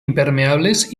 impermeables